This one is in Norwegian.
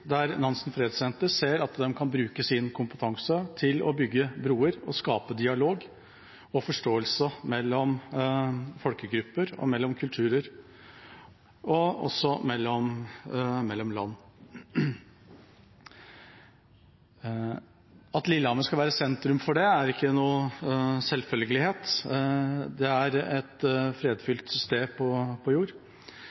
der Nansen Fredssenter ser at de kan bruke sin kompetanse til å bygge broer og skape dialog og forståelse mellom folkegrupper og mellom kulturer og også mellom land. At Lillehammer skal være sentrum for det, er ingen selvfølgelighet. Det er et